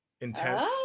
intense